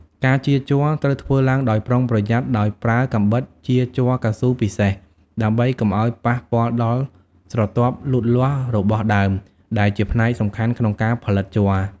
ការចៀរជ័រត្រូវធ្វើឡើងដោយប្រុងប្រយ័ត្នដោយប្រើកាំបិតចៀរជ័រកៅស៊ូពិសេស ដើម្បីកុំឱ្យប៉ះពាល់ដល់ស្រទាប់លូតលាស់របស់ដើម ដែលជាផ្នែកសំខាន់ក្នុងការផលិតជ័រ។